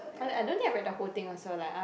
I I don't think I read the whole thing also like uh